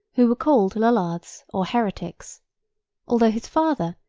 who were called lollards, or heretics although his father,